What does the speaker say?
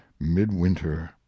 midwinter